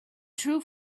true